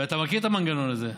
אתה מכיר את המנגנון הזה.